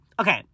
Okay